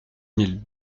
mille